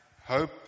hope